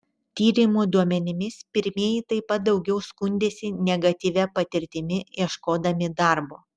tyrimų duomenimis pirmieji taip pat daugiau skundėsi negatyvia patirtimi ieškodami darbo